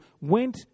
went